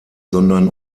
sondern